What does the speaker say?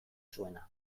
zuena